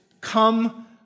come